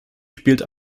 spielt